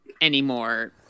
anymore